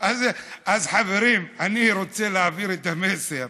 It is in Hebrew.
אז, חברים, אני רוצה להעביר את המסר